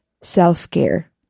self-care